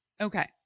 Okay